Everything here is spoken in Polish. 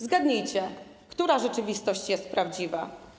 Zgadnijcie, która rzeczywistość jest prawdziwa.